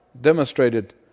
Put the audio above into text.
demonstrated